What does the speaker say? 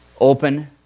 Open